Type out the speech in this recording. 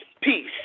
peace